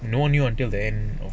no knew until then or